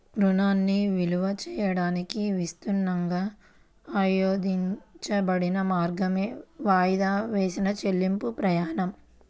రుణాన్ని విలువ చేయడానికి విస్తృతంగా ఆమోదించబడిన మార్గమే వాయిదా వేసిన చెల్లింపు ప్రమాణం